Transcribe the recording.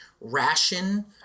ration